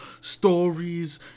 stories